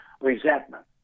resentment